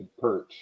perch